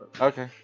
Okay